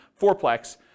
fourplex